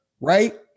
right